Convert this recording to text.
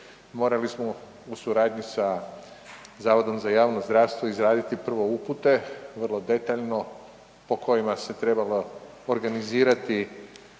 morali smo u suradnji sa Zavodom za javno zdravstvo izraditi prvo upute, vrlo detaljno po kojima se trebalo organizirati